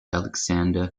aleksandr